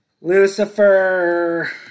Lucifer